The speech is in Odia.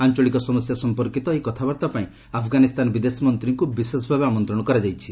ଆଞ୍ଚଳିକ ସମସ୍ୟା ସମ୍ପର୍କୀତ ଏହି କଥାବାର୍ତ୍ତା ପାଇଁ ଆଫଗାନିସ୍ଥାନ ବିଦେଶମନ୍ତ୍ରୀଙ୍କୁ ବିଶେଷ ଭାବେ ଆମନ୍ତ୍ରଣ କରାଯାଇଛି